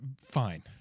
fine